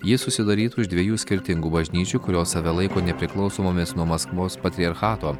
ji susidarytų iš dviejų skirtingų bažnyčių kurios save laiko nepriklausomomis nuo maskvos patriarchato